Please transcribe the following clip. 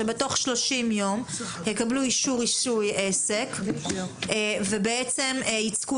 החשש הוא שבתוך 30 ימים יקבלו אישור רישוי עסק ובעצם יצקו